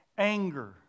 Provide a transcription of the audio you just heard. Anger